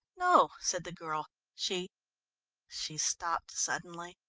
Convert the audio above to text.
no, said the girl, she she stopped suddenly,